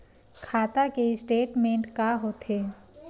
खाता के स्टेटमेंट का होथे?